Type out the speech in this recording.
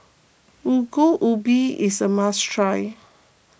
Ongol Ubi is a must try